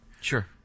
Sure